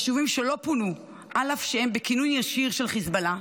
יישובים שלא פונו אף שהם בכינון ישיר של חיזבאללה,